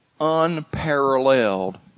unparalleled